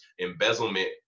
embezzlement